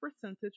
percentage